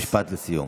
משפט לסיום.